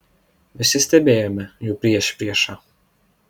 visi stebėjome jų priešpriešą